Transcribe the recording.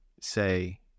say